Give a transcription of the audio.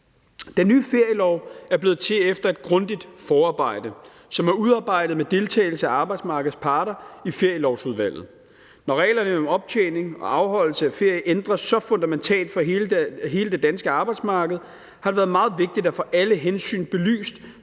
Den nye ferielov er blevet til efter et grundigt forarbejde, som er udarbejdet med deltagelse af arbejdsmarkedets parter i ferielovudvalget. Når reglerne om optjening og afholdelse af ferie ændres så fundamentalt for hele det danske arbejdsmarked, har det været meget vigtigt at få alle hensyn belyst